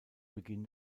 beginn